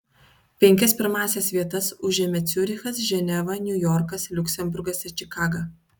penkias pirmąsias vietas užėmė ciurichas ženeva niujorkas liuksemburgas ir čikaga